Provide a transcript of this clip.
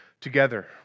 together